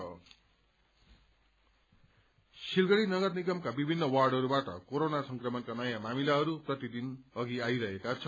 corona Silgadhi Silgadhi नगरनिगमका विभिन्न वार्डहरूबाट कोरोना संक्रमणका नयाँ मामिलाहरू प्रतिदिन अधि आइरहेका छन्